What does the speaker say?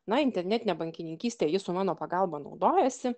na internetine bankininkyste ji su mano pagalba naudojasi